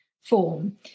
form